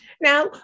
Now